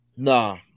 Nah